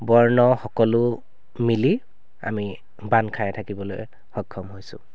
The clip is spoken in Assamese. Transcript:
বৰ্ণ সকলো মিলি আমি বান্ধ খাই থাকিবলৈ সক্ষম হৈছোঁ